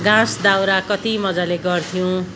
घाँस दाउरा कति मज्जाले गर्थ्यौँ